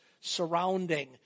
surrounding